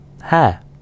Hair